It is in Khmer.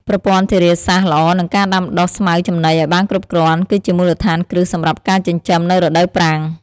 ប្រព័ន្ធធារាសាស្រ្តល្អនិងការដាំដុះស្មៅចំណីឱ្យបានគ្រប់គ្រាន់ គឺជាមូលដ្ឋានគ្រឹះសម្រាប់ការចិញ្ចឹមនៅរដូវប្រាំង។